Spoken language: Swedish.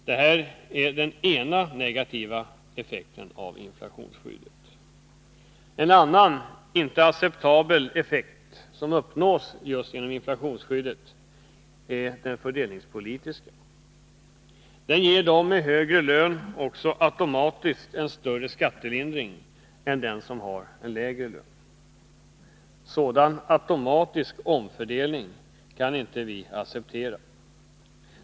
Detta är den ena negativa effekten av inflationsskyddet. En annan icke acceptabel effekt som uppnås just genom inflationsskyddet är den fördelningspolitiska. Den ger dem som har högre lön också automatiskt en större skattelindring än de får som har lägre lön. 153 Sådan automatisk omfördelning kan vi inte acceptera.